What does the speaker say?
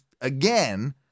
again